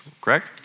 correct